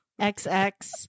XX